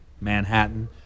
Manhattan